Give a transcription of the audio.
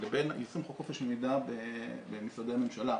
לבין יישום חוק חופש המידע במשרדי הממשלה.